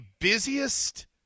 busiest